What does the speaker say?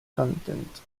content